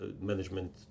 management